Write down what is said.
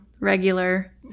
regular